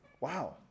Wow